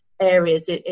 areas